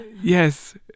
Yes